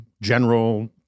general